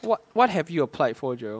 what what have you applied for jarrell